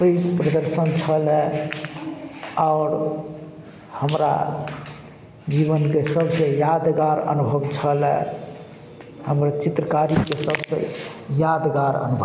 पैघ प्रदर्शन छल आओर हमरा जीवनके सबसँँ यादगार अनुभव छलै हमर चित्रकारीके सभसँ यादगार अनुभव